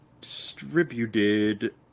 Distributed